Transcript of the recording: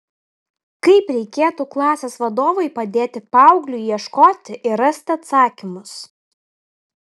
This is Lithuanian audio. kaip reikėtų klasės vadovui padėti paaugliui ieškoti ir rasti atsakymus